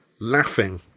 laughing